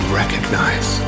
recognize